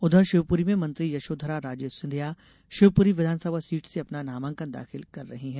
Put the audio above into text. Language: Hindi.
उधर शिवपुरी में मंत्री यशोधरा राजे सिंधिया शिवपुरी विधानसभा सीट से अपना नामांकन दाखिल कर रही हैं